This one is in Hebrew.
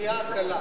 תמיהה קלה.